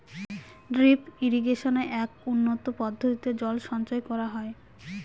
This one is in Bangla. ড্রিপ ইরিগেশনে এক উন্নতম পদ্ধতিতে জল সঞ্চয় করা হয়